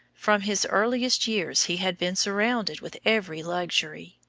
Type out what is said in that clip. from his earliest years he had been surrounded with every luxury.